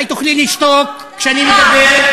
אולי תוכלי לשתוק כשאני מדבר?